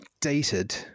dated